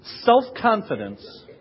Self-confidence